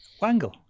Wangle